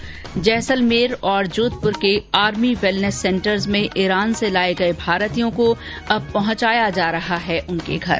जोधपुर और जैसलमेर के army wellness centre में ईरान से लाए गए भारतीयों को अब पहुंचाया जा रहा है उनके घर